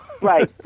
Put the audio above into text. Right